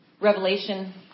Revelation